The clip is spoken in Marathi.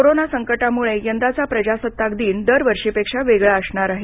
कोरोना संकटामुळे यंदाचा प्रजासत्ताक दिन दर वर्षीपेक्षा वेगळा असणार आहे